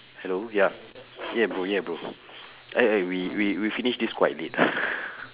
hello ya yeah bro yeah bro eh eh we we we finish this quite late ah